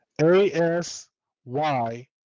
A-S-Y